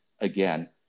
again